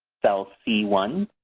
cell c one